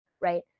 Right